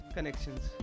Connections